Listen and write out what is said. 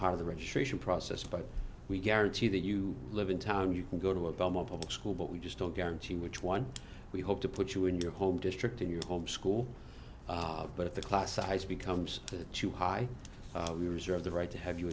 part of the registration process but we guarantee that you live in town you can go to a belmont public school but we just don't guarantee which one we hope to put you in your home district in your home school but if the class size becomes too high we reserve the right to have you